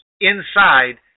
inside